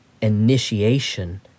initiation